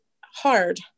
hard